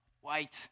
white